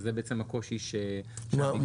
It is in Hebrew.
וזה בעצם הקושי שאביגיל תיארה.